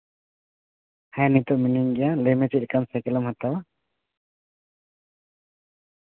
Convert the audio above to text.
ᱦᱮᱸ ᱱᱤᱛᱳᱜ ᱢᱤᱱᱟᱹᱧ ᱜᱮᱭᱟ ᱞᱟᱹᱭ ᱢᱮ ᱪᱮᱫ ᱞᱮᱠᱟᱱ ᱥᱟᱭᱠᱮᱞᱮᱢ ᱦᱟᱛᱟᱣᱟ